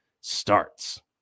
starts